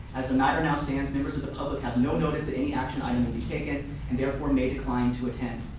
as the matter now stands, members of the public have no notice that any action item will be taken and therefore may decline to attend.